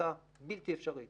החלטה בלתי אפשרית